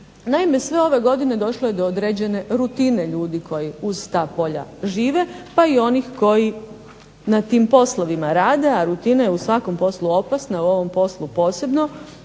Naime, sve ove godine došlo je do određene rutine ljudi koji uz ta polja žive pa i onih koji na tim poslovima rade, a rutina je u svakom poslu opasna a u ovom poslu poebno,